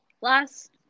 Last